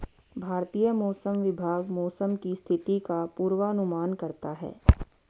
भारतीय मौसम विभाग मौसम की स्थिति का पूर्वानुमान करता है